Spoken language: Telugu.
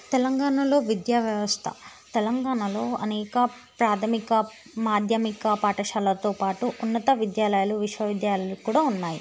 తెలంగాణలో విద్యా వ్యవస్థ తెలంగాణలో అనేక ప్రాథమిక మాధ్యమిక పాఠశాలతో పాటు ఉన్నత విద్యాలయాలు విశ్వవిద్యాలయాలు కూడా ఉన్నాయి